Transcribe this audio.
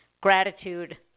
gratitude